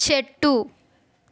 చెట్టు